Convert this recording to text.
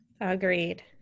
Agreed